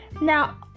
Now